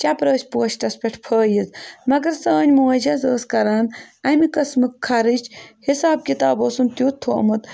چَپرٕٲسۍ پوسٹَس پٮ۪ٹھ پھٲیِز مگر سٲنۍ موج حظ ٲس کَران اَمہِ قٕسمُک خرٕچ حِساب کِتاب اوسُن تیُتھ تھوٚمُت